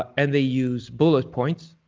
and they use bullet points.